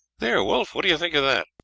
there, wolf, what do you think of that?